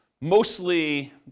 mostly